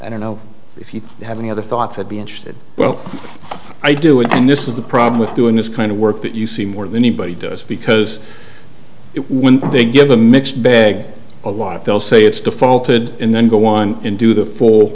i don't know if you have any other thoughts i'd be interested well i do it and this is the problem with doing this kind of work that you see more than anybody does because it when they give a mixed bag a lot they'll say it's defaulted and then go on and do the full